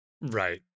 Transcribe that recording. right